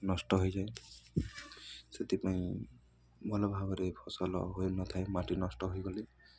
ନଷ୍ଟ ହୋଇଯାଏ ସେଥିପାଇଁ ଭଲ ଭାବରେ ଫସଲ ହୋଇନଥାଏ ମାଟି ନଷ୍ଟ ହୋଇଗଲେ